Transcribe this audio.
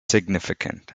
significant